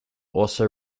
also